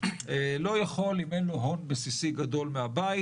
לא יכול אם אין לו הון בסיסי גדול מהבית